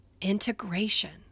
integration